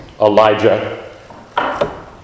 Elijah